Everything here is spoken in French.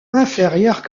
inférieure